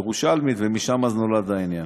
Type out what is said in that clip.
ומשם אז נולד העניין.